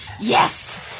Yes